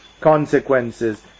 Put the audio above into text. consequences